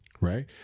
Right